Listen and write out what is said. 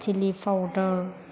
chilli powder